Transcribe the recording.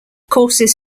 courses